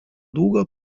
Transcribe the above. długo